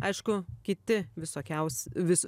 aišku kiti visokiausi vis